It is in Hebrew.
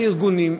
אין הארגונים,